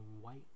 white